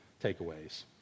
takeaways